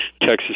Texas